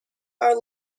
are